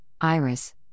Iris